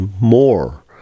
more